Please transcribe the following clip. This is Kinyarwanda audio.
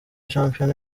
shampiyona